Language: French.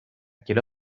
quelle